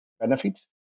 benefits